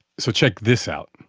so check this out.